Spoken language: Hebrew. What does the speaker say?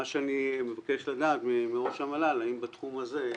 אני מבקש לדעת מראש המל"ל האם בתחום הזה,